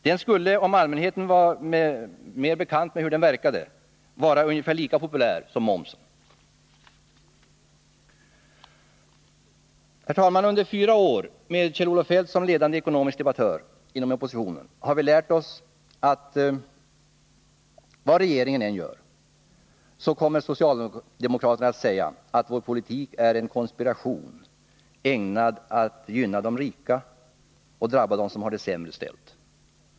Den skulle, om allmänheten var mer bekant med hur den verkade, vara ungefär lika populär som momsen. Herr talman! Under fyra år med Kjell-Olof Feldt som ledande ekonomisk debattör inom oppositionen har vi lärt oss att vad regeringen än gör, så kommer socialdemokraterna att säga att dess politik är en konspiration ägnad att gynna de rika och drabba dem som har det sämre ställt.